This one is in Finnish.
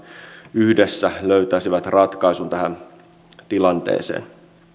yhdessä löytäisivät ratkaisun tähän tilanteeseen